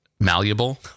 malleable